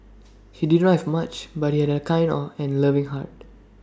he did not have much but he had A kind on and loving heart